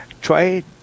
try